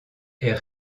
est